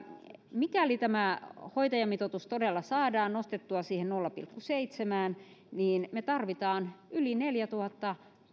mikäli tämä hoitajamitoitus todella saadaan nostettua siihen nolla pilkku seitsemään me tarvitsemme yli neljätuhatta